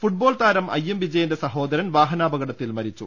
football താരം ഐ എം വിജയന്റെ സഹോദരൻ വാഹ നാപകടത്തിൽ മരിച്ചു